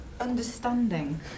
understanding